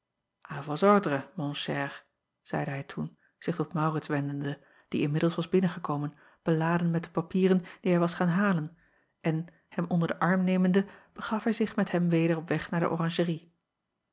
mon cher zeide hij toen zich tot aurits wendende die inmiddels was binnengekomen beladen met de papieren die hij was gaan halen en hem onder den arm nemende begaf hij zich met hem weder op weg naar de oranjerie